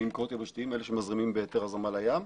ממקורות יבשתיים שמזרימים בהיתר הזרמה לים.